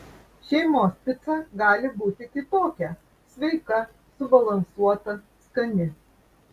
šeimos pica gali būti kitokia sveika subalansuota skani